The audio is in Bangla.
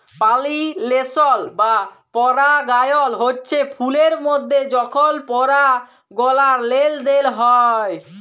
পালিলেশল বা পরাগায়ল হচ্যে ফুলের মধ্যে যখল পরাগলার লেলদেল হয়